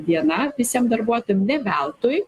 diena visiem darbuotojam ne veltui